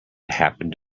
happened